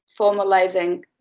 formalizing